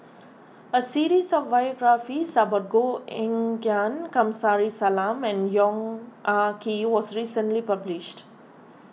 a series of biographies about Koh Eng Kian Kamsari Salam and Yong Ah Kee was recently published